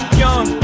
young